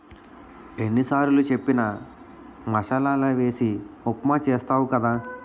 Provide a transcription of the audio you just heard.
ఎన్ని సారులు చెప్పిన మసాలలే వేసి ఉప్మా చేస్తావు కదా